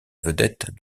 vedettes